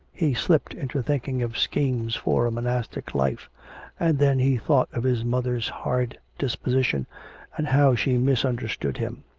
he slipped into thinking of schemes for a monastic life and then he thought of his mother's hard disposition and how she misunderstood him.